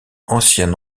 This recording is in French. ancien